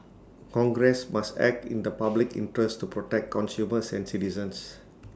congress must act in the public interest to protect consumers and citizens